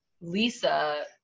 Lisa